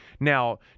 Now